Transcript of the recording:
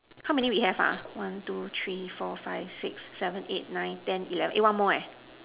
how many we have ah one two three four five six seven eight nine ten eleven eh one more eh